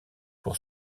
pour